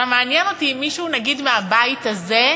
עכשיו, מעניין אותי אם מישהו, נגיד מהבית הזה,